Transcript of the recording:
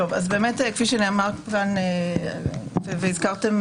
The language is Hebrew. כפי שנאמר כאן, והזכרתם